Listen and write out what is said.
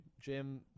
Jim